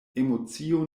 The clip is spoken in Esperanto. emocio